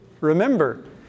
Remember